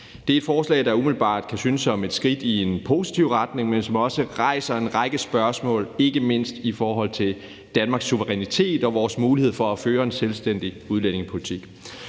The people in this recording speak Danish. Det er et forslag, der umiddelbart kan synes som et skridt i en positiv retning, men som også rejser en række spørgsmål, ikke mindst i forhold til Danmarks suverænitet og vores mulighed for at føre en selvstændig udlændingepolitik.